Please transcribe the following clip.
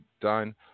done